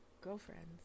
girlfriends